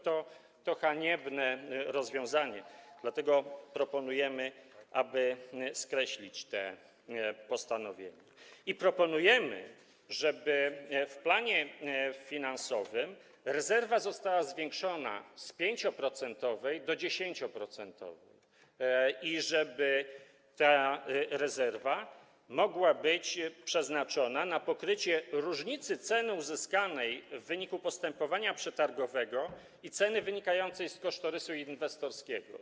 To haniebne rozwiązanie, dlatego proponujemy, aby skreślić te postanowienia, i proponujemy, żeby w planie finansowym rezerwa została zwiększona z 5-procentowej do 10-procentowej i żeby ta rezerwa mogła być przeznaczona na pokrycie różnicy ceny uzyskanej w wyniku postępowania przetargowego i ceny wynikającej z kosztorysu inwestorskiego.